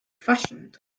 fashioned